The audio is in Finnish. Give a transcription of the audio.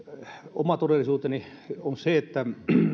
oma todellisuuteni on se että